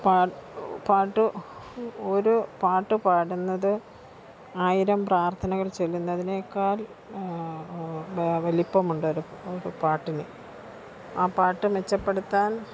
പാട്ട് ഒരു പാട്ട് പാടുന്നത് ആയിരം പ്രാർത്ഥനങ്ങൾ ചൊല്ലുന്നതിനേക്കാൾ വലുപ്പമുണ്ട് ഒരു പാട്ടിന് ആ പാട്ട് മെച്ചപ്പെടുത്താൻ